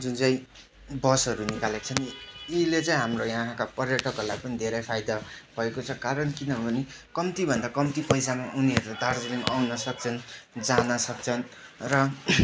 जुन चाहिँ बसहरू निकालेका छन् यसले चाहिँ हाम्रो यहाँका पर्यटकहरूले पनि धेरै फाइदा भएको छ कारण किनभने कम्तीभन्दा कम्ती पैसामा उनीहरू दार्जिलिङ आउन सक्छन् जान सक्छन् र